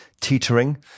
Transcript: teetering